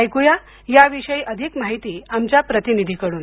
ऐकुया याविषयी अधिक माहिती आमच्या प्रतिनिधीकडून